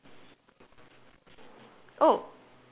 oh